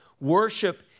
Worship